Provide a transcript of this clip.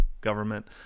government